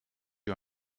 you